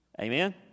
Amen